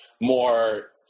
more